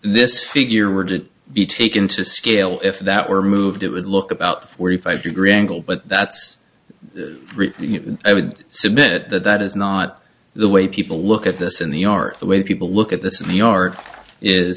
this figure were to be taken to scale if that were moved it would look about forty five degree angle but that's really i would submit that that is not the way people look at this in the yard the way people look at this in the yard is